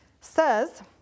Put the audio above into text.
says